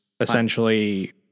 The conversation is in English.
essentially